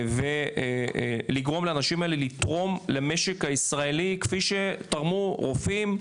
ולגרום לאנשים האלה לתרום למשק הישראלי כפי שתרמו רופאים,